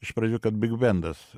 iš pradžių kad bigbendas